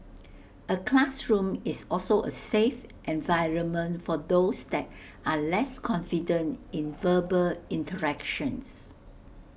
A classroom is also A 'safe' environment for those that are less confident in verbal interactions